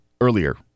earlier